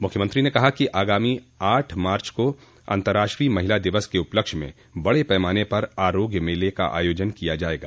मुख्यमंत्री ने कहा कि आगामी आठ मार्च को अंतर्राष्ट्रीय महिला दिवस के उपलक्ष्य में बड़े पैमाने पर आरोग्य मेले का आयोजन किया जायेगा